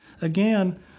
Again